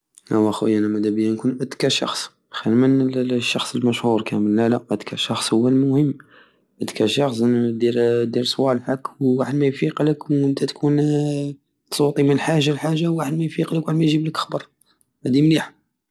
اواه خويا انا مدابيا نكون اذكى شخص خير من الشخص ال- المشهور كامل لالا اذكى شخص هو المهم اذكى شخص هو دير دير صوالحك وواحد مايفيقلك ونتى تكون تسوطي من حاجة لحاجة وواحد مايفيقلك وواحد مايجيبلك خبر